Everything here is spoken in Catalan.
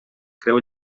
creu